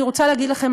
אני רוצה להגיד לכם,